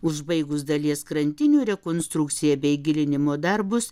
užbaigus dalies krantinių rekonstrukciją bei gilinimo darbus